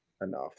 enough